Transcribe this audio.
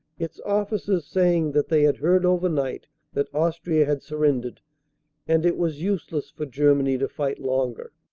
its officers saying that they had heard over night that austria had surrendered and it was use less for germany to fight longer.